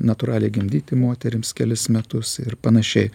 natūraliai gimdyti moterims kelis metus ir panašiai